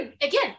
again